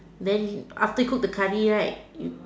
then after cook the curry right you